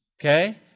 okay